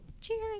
Cheers